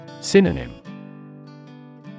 Synonym